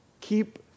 Keep